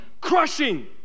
crushing